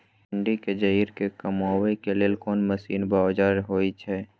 भिंडी के जईर के कमबै के लेल कोन मसीन व औजार होय छै?